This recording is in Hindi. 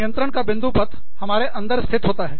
नियंत्रण का बिंदु पथ हमारे अंदर ही स्थित होता है